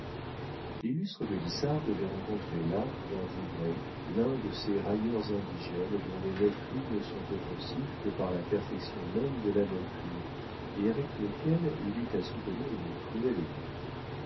l'illustre gaudissart devait rencontrer là dans vouvray l'un de ces railleurs indigènes dont les moqueries ne sont offensives que par la perfection même de la moquerie et avec lequel il eut à soutenir une cruelle lutte